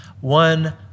one